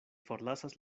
forlasas